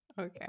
Okay